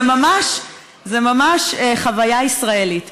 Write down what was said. זה ממש חוויה ישראלית.